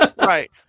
right